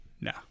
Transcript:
No